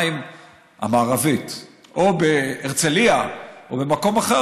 המערבית או בהרצליה או במקום אחר,